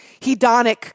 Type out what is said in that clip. hedonic